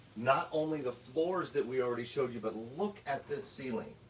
not only the floors that we already showed you, but look at this ceiling,